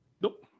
Nope